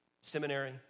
seminary